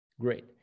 Great